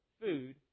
food